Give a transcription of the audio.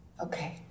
Okay